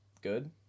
Good